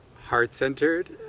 heart-centered